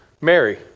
Mary